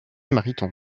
mariton